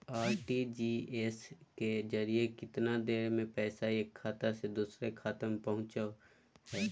RTGS के जरिए कितना देर में पैसा एक खाता से दुसर खाता में पहुचो है?